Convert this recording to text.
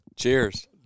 cheers